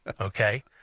Okay